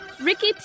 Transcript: Ricky